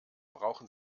brauchen